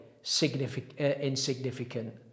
insignificant